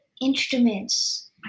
Instruments